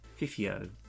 Fifio